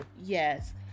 Yes